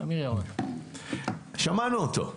שמענו אותו.